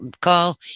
call